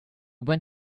went